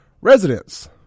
residents